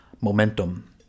momentum